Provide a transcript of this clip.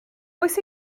oes